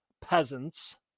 peasants